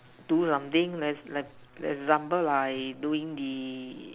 do something like example like doing the